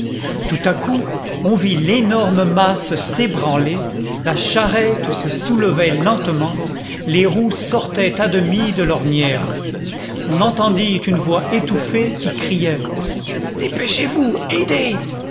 tout à coup on vit l'énorme masse s'ébranler la charrette se soulevait lentement les roues sortaient à demi de l'ornière on entendit une voix étouffée qui criait dépêchez-vous aidez